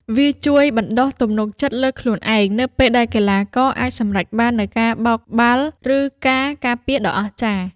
វាជួយបណ្ដុះ ទំនុកចិត្តលើខ្លួនឯង នៅពេលដែលកីឡាករអាចសម្រេចបាននូវការបោកបាល់ ឬការការពារដ៏អស្ចារ្យ។